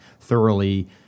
thoroughly